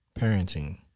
parenting